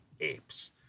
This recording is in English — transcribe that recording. apes